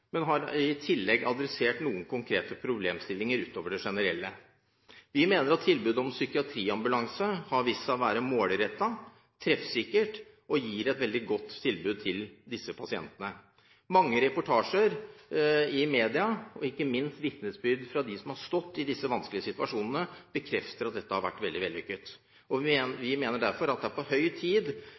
men har i tillegg adressert noen konkrete problemstillinger utover det generelle. Vi mener at tilbudet om psykiatriambulanse har vist seg å være målrettet og treffsikkert, og at det gir et veldig godt tilbud til pasientene. Mange reportasjer i media, ikke minst vitnesbyrd fra dem som har stått i disse vanskelige situasjonene, bekrefter at dette har vært veldig vellykket. Vi mener derfor at det er på høy tid